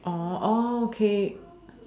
oh okay